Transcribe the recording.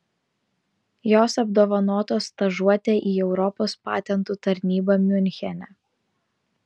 jos apdovanotos stažuote į europos patentų tarnybą miunchene